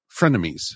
frenemies